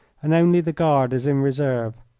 and only the guard is in reserve.